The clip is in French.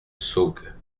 saugues